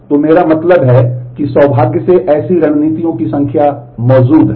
तो मेरा मतलब है कि सौभाग्य से ऐसी रणनीतियों की संख्या मौजूद है